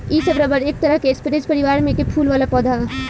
इ सब रबर एक तरह के स्परेज परिवार में के फूल वाला पौधा ह